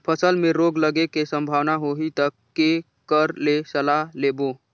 फसल मे रोग लगे के संभावना होही ता के कर ले सलाह लेबो?